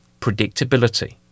predictability